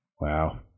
Wow